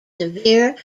severe